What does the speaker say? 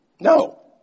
No